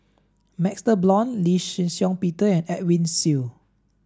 MaxLe Blond Lee Shih Shiong Peter and Edwin Siew